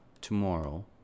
tomorrow